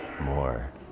more